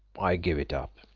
i give it up.